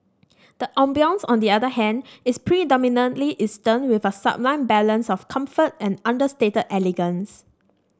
the ambience on the other hand is predominantly Eastern with a sublime balance of comfort and understated elegance